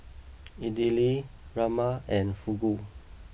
Idili Rajma and Fugu